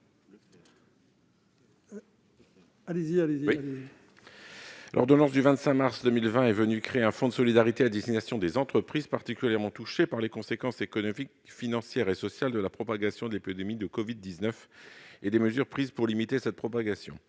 L'ordonnance du 25 mars 2020 a créé un fonds de solidarité à destination des entreprises particulièrement touchées par les conséquences économiques, financières et sociales de la propagation de l'épidémie de covid-19 et des mesures prises pour limiter cette propagation.